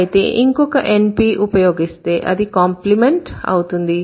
అయితే ఇంకొక NP ఉపయోగిస్తే అది కాంప్లిమెంట్ అవుతుంది